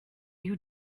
you